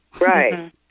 Right